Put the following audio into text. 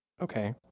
Okay